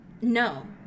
no